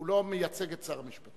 הוא לא מייצג את שר המשפטים.